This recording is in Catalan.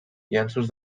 llenços